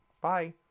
Bye